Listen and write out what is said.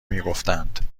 میگفتند